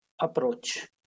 approach